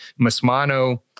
Masmano